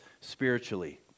spiritually